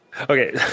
Okay